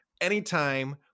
Anytime